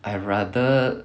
I rather